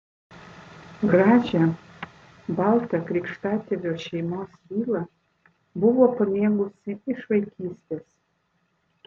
gražią baltą krikštatėvio šeimos vilą buvo pamėgusi iš vaikystės